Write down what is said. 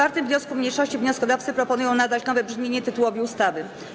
W 4. wniosku mniejszości wnioskodawcy proponują nadać nowe brzmienie tytułowi ustawy.